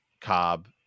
Cobb